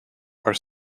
are